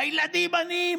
הילדים עניים,